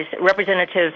representatives